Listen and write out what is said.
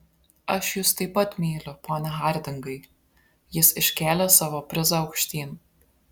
aš jus taip pat myliu pone hardingai jis iškėlė savo prizą aukštyn